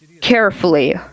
carefully